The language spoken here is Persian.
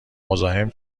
مزاحم